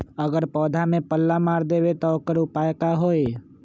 अगर पौधा में पल्ला मार देबे त औकर उपाय का होई?